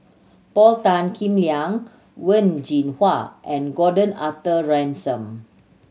Paul Tan Kim Liang Wen Jinhua and Gordon Arthur Ransome